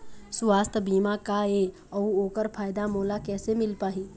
सुवास्थ बीमा का ए अउ ओकर फायदा मोला कैसे मिल पाही?